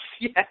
yes